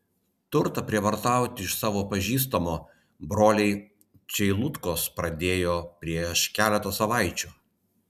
turtą prievartauti iš savo pažįstamo broliai čeilutkos pradėjo prieš keletą savaičių